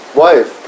wife